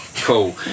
cool